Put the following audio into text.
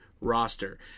roster